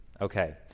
Okay